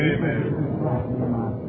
Amen